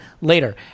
later